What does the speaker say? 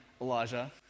Elijah